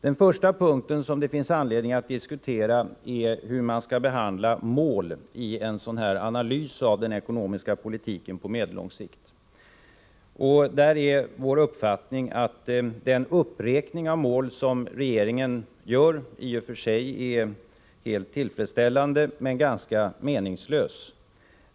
Den första punkt som det finns anledning att diskutera är hur man skall behandla mål i en sådan här analys av den ekonomiska politiken på medellång sikt. Där är vår uppfattning att den uppräkning av mål som regeringen gör i och för sig är helt tillfredsställande men ganska meningslös.